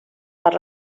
per